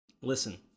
Listen